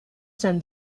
san